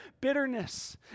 bitterness